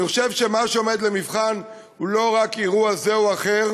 אני חושב שמה שעומד למבחן הוא לא רק אירוע זה או אחר,